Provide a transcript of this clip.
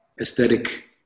aesthetic